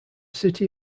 city